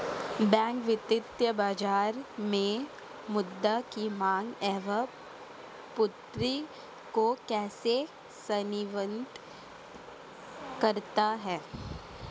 Bank वित्तीय बाजार में मुद्रा की माँग एवं पूर्ति को कैसे समन्वित करता है?